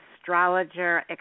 astrologer